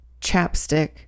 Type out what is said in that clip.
chapstick